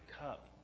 cup